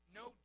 no